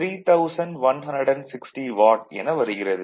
9 3160 watt என வருகிறது